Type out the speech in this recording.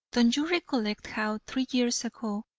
don't you recollect how, three years ago,